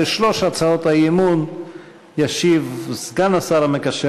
על שלוש הצעות האי-אמון ישיב סגן השר המקשר